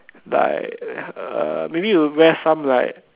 like uh maybe we'll wear some like